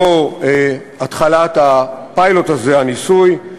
או של התחלת הפיילוט הזה, הניסוי,